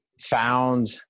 found